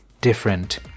different